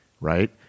right